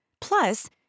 Plus